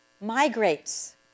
migrates